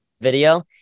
video